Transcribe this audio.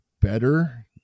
better